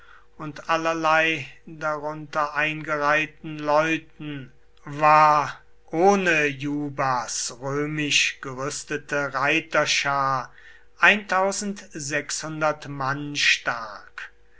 und allerlei darunter eingereihten leuten war ohne jubas römisch gerüstete reiterschar mann stark